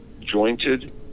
jointed